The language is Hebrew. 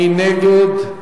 מי נגד?